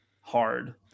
hard